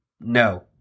No